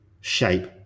shape